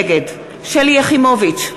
נגד שלי יחימוביץ,